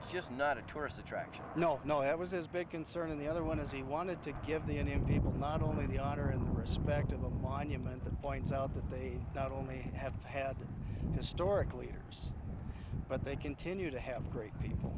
it's just not a tourist attraction no no it was his big concern and the other one is he wanted to give the indian people not only the honor and respect a monument that points out that they not only have had historically years but they continue to have great people